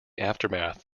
aftermath